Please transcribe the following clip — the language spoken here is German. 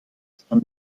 san